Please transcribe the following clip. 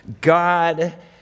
God